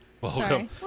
welcome